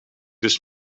dus